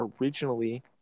originally